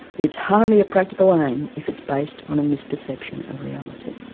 it's hardly a practical aim if it's based on a misperception of reality.